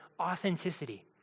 authenticity